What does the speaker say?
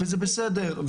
וזה בסדר.